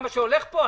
הלאה.